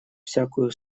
всякую